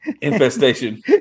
Infestation